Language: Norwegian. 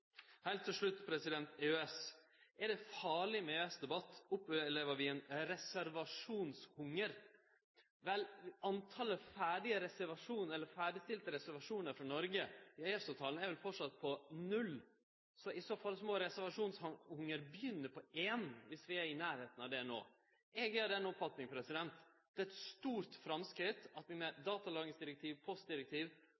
Heilt til slutt EØS. Er det farleg med EØS-debatt? Opplever vi ein reservasjonshunger? Vel, talet på ferdigstilte reservasjonar frå Noreg i EØS-avtalen er vel framleis null, så i så fall må reservasjonshungeren begynne på ein, viss vi er i nærleiken av det no. Eg meiner at det er eit stort framskritt at vi med